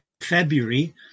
February